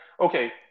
Okay